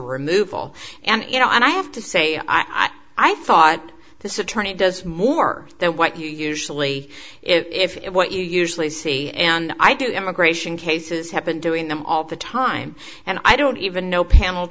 removal and you know i have to say i'm i thought this attorney does more than what you usually if it what you usually see and i do immigration cases have been doing them all the time and i don't even know panel